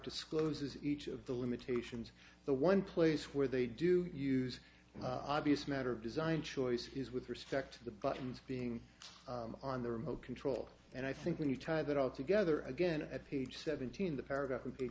discloses each of the limitations the one place where they do use obvious matter of design choices with respect to the buttons being on the remote control and i think when you tie that all together again at page seventeen the paragraph or b